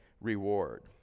reward